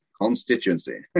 Constituency